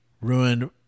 ruined